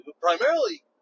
primarily